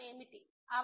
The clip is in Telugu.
అవకలనం 15 x2